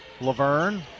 Laverne